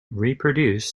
reproduce